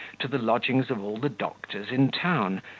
to the lodgings of all the doctors in town,